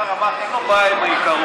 השר אמר שאין לו בעיה עם העיקרון,